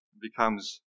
becomes